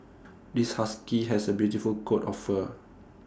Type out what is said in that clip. this husky has A beautiful coat of fur